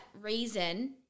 reason